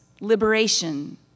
liberation